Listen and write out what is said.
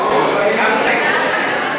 אנחנו מבקשים הצבעה עכשיו.